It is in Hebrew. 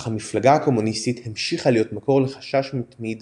אך המפלגה הקומוניסטית המשיכה להיות מקור לחשש מתמיד